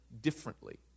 differently